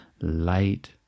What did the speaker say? light